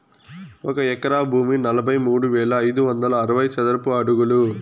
ఒక ఎకరా భూమి నలభై మూడు వేల ఐదు వందల అరవై చదరపు అడుగులు